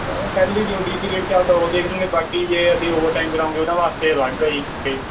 salary ਜੋ D C rate ਚੱਲਦਾ ਉਹ ਦੇਖ ਲੂੰਗੇ ਬਾਕੀ ਜੇ ਅਸੀਂ ਓਵਰ ਟਾਈਮ ਕਰਾਉਂਗੇ ਉਹਨਾਂ ਵਾਸਤੇ ਅਲੱਗ ਆ ਜੀ ਪੇ